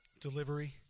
delivery